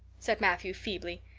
said matthew feebly.